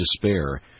despair